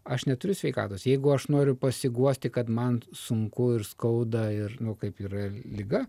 aš neturiu sveikatos jeigu aš noriu pasiguosti kad man sunku ir skauda ir nu kaip yra liga